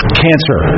cancer